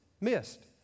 Missed